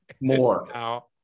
more